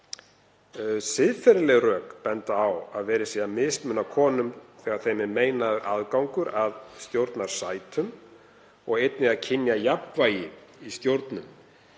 Siðferðileg rök benda á að verið sé að mismuna konum þegar þeim er meinaður aðgangur að stjórnarsætum og einnig að kynjajafnvægi í stjórnum